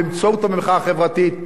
באמצעות המחאה החברתית,